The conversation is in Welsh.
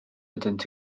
ydynt